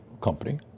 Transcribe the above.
company